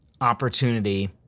opportunity